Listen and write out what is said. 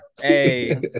Hey